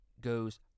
goes